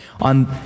on